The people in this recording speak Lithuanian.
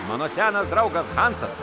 mano senas draugas hansas